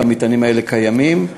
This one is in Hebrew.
והמטענים האלה קיימים,